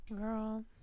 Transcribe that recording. Girl